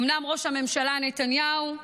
אומנם ראש הממשלה נתניהו,